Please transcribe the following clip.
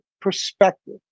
perspective